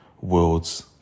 worlds